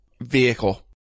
vehicle